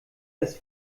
des